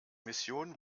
mission